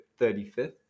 35th